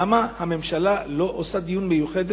למה הממשלה לא מקיימת דיון מיוחד,